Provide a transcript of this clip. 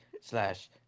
slash